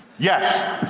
yes.